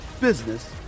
business